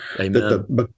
Amen